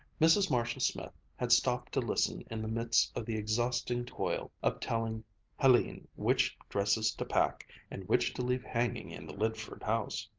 mrs. marshall-smith had stopped to listen in the midst of the exhausting toil of telling helene which dresses to pack and which to leave hanging in the lydford house.